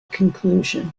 conclusion